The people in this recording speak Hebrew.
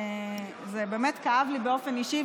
זה באמת כאב לי באופן אישי,